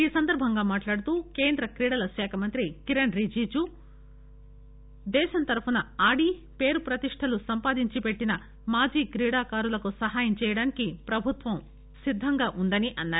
ఈ సందర్భంగా మాట్లాడుతూ కేంద్ర క్రీడల శాఖ మంత్రి కిరణ్ రిజీజు ి దేశం తరపున ఆడి పేరు ప్రతిష్ణలు సంపాదించి పెట్టిన మాజీ క్రీడాకారులకు సహాయం చేసేందుకు ప్రభుత్వం సిద్దంగా వుందని అన్నారు